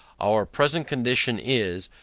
our present condition, is,